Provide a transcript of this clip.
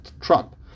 Trump